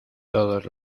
todos